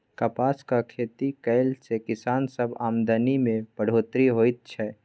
कपासक खेती कएला से किसान सबक आमदनी में बढ़ोत्तरी होएत छै